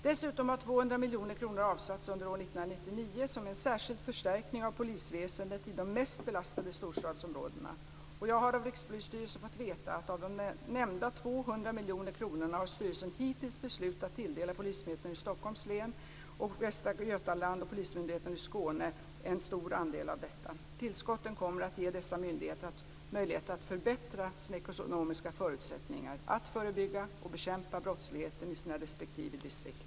Dessutom har 200 miljoner kronor avsatts under år 1999 som en särskild förstärkning av polisväsendet i de mest belastade storstadsområdena. Jag har av Rikspolisstyrelsen fått veta att av de nämnda 200 miljoner kronorna har styrelsen hittills beslutat tilldela Polismyndigheten i Stockholms län, Polismyndigheten i Västra Götaland och Polismyndigheten i Skåne en stor andel av detta. Tillskotten kommer att ge dessa polismyndigheter möjligheter att förbättra sina ekonomiska förutsättningar att förebygga och bekämpa brottsligheten i deras respektive distrikt.